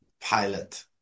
pilot